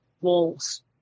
walls